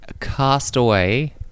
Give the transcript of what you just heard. Castaway